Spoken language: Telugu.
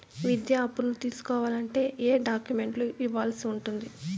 విద్యా అప్పును తీసుకోవాలంటే ఏ ఏ డాక్యుమెంట్లు ఇవ్వాల్సి ఉంటుంది